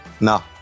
No